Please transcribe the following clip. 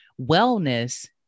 wellness